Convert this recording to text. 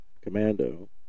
Commando